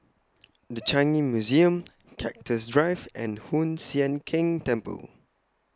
The Changi Museum Cactus Drive and Hoon Sian Keng Temple